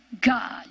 God